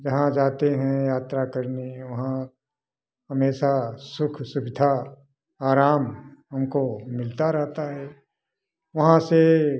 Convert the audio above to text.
जहाँ जाते हैं यात्रा करने वहाँ हमेशा सुख सुविधा आराम हमको मिलता रहता है वहाँ से